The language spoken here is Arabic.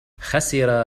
خسر